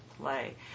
play